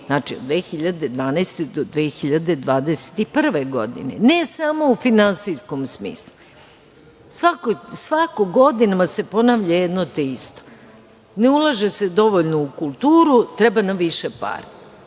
znači, od 2012. do 2021. godine, ne samo u finansijskom smislu? Svake godine se ponavlja jedno te isto - ne ulaže se dovoljno u kulturu, treba nam više para,